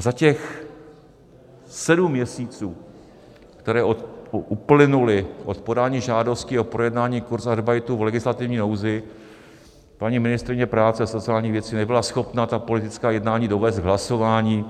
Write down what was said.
Za těch sedm měsíců, které uplynuly od podání žádosti o projednání kurzarbeitu v legislativní nouzi, paní ministryně práce a sociálních věcí nebyla schopna ta politická jednání dovést k hlasování